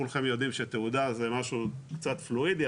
כולכם יודעים שתעודה זה משהו קצת פלואידי,